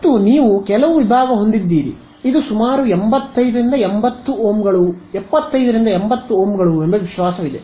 ಮತ್ತು ನೀವು ಕೆಲವು ಹೊಂದಿದ್ದೀರಿ ಇದು ಸುಮಾರು 75 ರಿಂದ 80 ಓಂಗಳು ಎಂಬ ವಿಶ್ವಾಸವಿದೆ